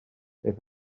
beth